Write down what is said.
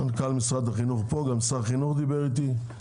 מנכ"ל החינוך פה, גם שר החינוך דיבר איתי.